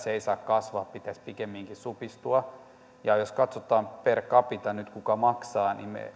se ei saa kasvaa pitäisi pikemminkin supistua ja jos katsotaan per capita nyt kuka maksaa niin me